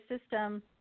system